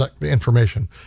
information